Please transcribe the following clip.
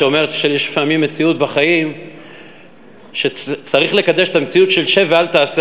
שיש לפעמים מציאות בחיים שצריך לקדש את המציאות של שב ואל תעשה,